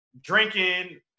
drinking